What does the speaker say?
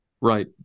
Right